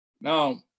Now